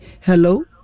Hello